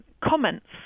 comments